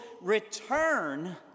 return